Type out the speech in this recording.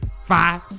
five